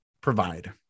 provide